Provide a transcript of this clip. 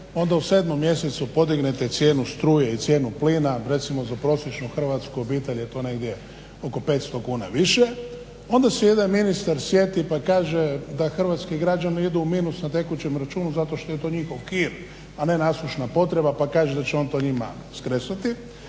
onda u 7.mjesecu podignete cijenu struje i cijenu plina recimo za prosječnu hrvatsku obitelj je to negdje oko 500 kuna više, onda se jedan ministar sjeti pa kaže da hrvatski građani idu u minus na tekućem računu zato što je to njihov hir, a ne nasušna potreba pa kaže da će on to njima skresati,